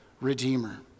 redeemer